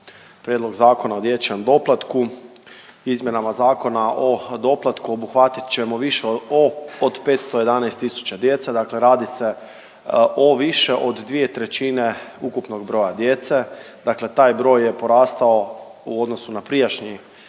Prijedlog zakona o dječjem doplatku, izmjenama Zakona o doplatku obuhvatit ćemo više od 511000 djece. Dakle, radi se o više od dvije trećine ukupnog broja djece. Dakle, taj broj je porastao u odnosu na prijašnji zakon